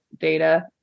data